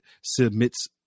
submits